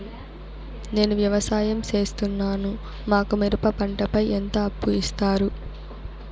నేను వ్యవసాయం సేస్తున్నాను, మాకు మిరప పంటపై ఎంత అప్పు ఇస్తారు